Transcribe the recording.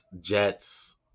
Jets